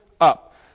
up